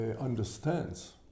understands